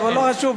אבל לא חשוב.